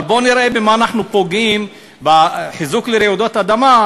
אבל בוא נראה במה אנחנו פוגעים בחיזוק לרעידות אדמה,